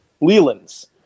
Leland's